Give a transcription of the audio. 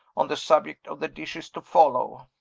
on the subject of the dishes to follow.